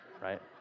Right